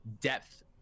depth